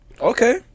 Okay